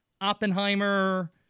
Oppenheimer